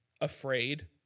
afraid